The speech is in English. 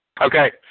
Okay